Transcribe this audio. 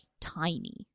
tiny